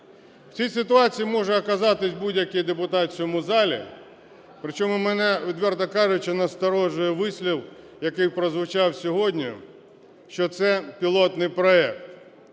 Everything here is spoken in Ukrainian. В цій ситуації може оказатись будь-який депутат в цьому залі, при чому мене, відверто кажучи, насторожує вислів, який прозвучав сьогодні, що це – пілотний проект.